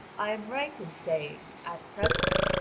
i am right in saying at present,